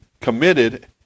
committed